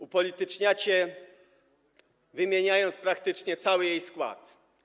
Upolityczniacie ją, wymieniając praktycznie cały jej skład.